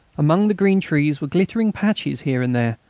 among the green trees were glittering patches here and there,